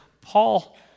Paul